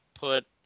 Put